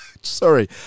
Sorry